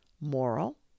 Moral